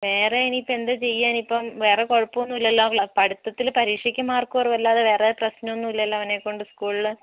വേറെ ഇനിയിപ്പം എന്ത് ചെയ്യാൻ ഇപ്പം വേറേ കുഴപ്പം ഒന്നും ഇല്ലല്ലോ പഠിത്തതിലും പരീക്ഷക്ക് മാർക്ക് കുറവ് അല്ലാതെ വേറെ പ്രശ്നം ഒന്നും ഇല്ലല്ലോ അവനെ കൊണ്ട് സ്കൂളിൽ